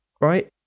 right